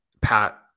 Pat